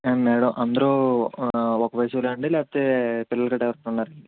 madam అందరూ ఒక్క వయసు వాళ్ళేనా అండి లేకపోతే పిల్లలు గట్రా ఉన్నారా అండి